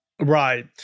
Right